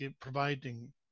providing